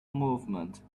movement